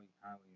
highly